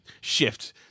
shift